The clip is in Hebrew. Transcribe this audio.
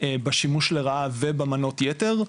בשימוש לרעה ובמנות ייתר,